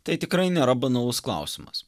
tai tikrai nėra banalus klausimas